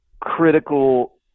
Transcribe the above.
critical